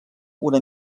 una